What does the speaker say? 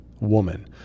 woman